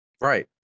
Right